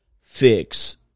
fix